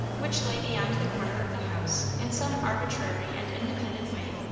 which lay beyond the corner of the house in some arbitrary and independent way,